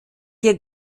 hier